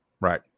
Right